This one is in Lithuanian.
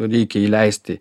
reikia įleisti